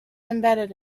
embedded